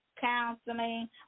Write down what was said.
counseling